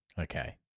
Okay